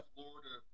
Florida